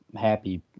happy